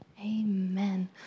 Amen